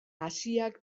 haziak